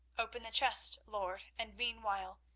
open the chest, lord, and meanwhile,